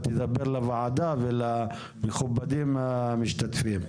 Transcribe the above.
אלא תדבר לוועדה ולמכובדים המשתתפים.